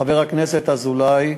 חבר הכנסת אזולאי,